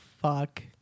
fuck